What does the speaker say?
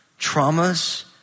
traumas